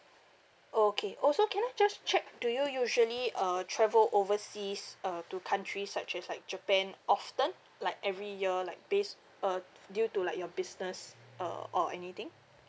okay also can I just check do you usually uh travel overseas uh to countries such as like japan often like every year like based uh f~ due to like your business uh or anything